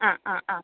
ആ ആ ആ